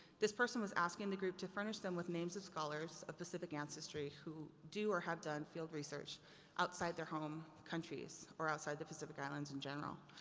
this person was asking the group to furnish them with names of scholars of pacific ancestry who do or have done field research outside their home countries or outside the pacific islands in general.